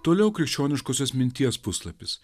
toliau krikščioniškosios minties puslapis